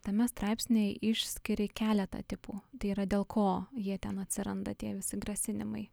tame straipsnyje išskiri keletą tipų tai yra dėl ko jie ten atsiranda tie visi grasinimai